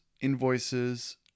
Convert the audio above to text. invoices